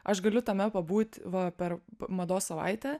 aš galiu tame pabūt va per mados savaitę